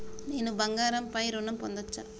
నేను బంగారం పై ఋణం పొందచ్చా?